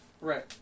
Right